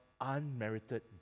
unmerited